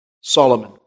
Solomon